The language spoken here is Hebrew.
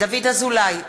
דוד אזולאי,